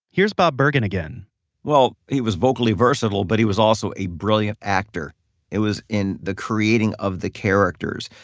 here's bob bergen again well, he was vocally versatile, but he was also a brilliant actor it was in the creating of the characters.